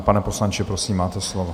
Pane poslanče, prosím, máte slovo.